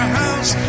house